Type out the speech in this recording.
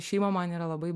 šeima man yra labai